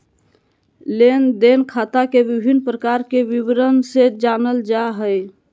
लेन देन खाता के विभिन्न प्रकार के विवरण से जानल जाय हइ